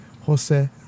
Jose